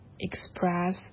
express